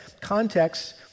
context